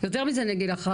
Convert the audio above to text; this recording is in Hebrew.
יותר מזה אני אגיד לך,